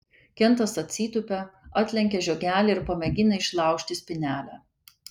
kentas atsitūpia atlenkia žiogelį ir pamėgina išlaužti spynelę